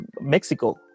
Mexico